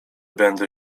będę